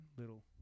Little